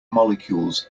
molecules